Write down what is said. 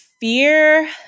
Fear